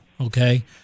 okay